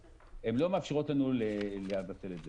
הם לא מאפשרות לנו לבטל את זה,